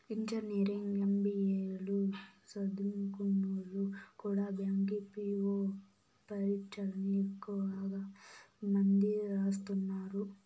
engineering, MBA లు సదుంకున్నోల్లు కూడా బ్యాంకి పీ.వో పరీచ్చల్ని ఎక్కువ మంది రాస్తున్నారు